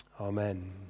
Amen